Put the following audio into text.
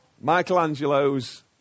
Michelangelo's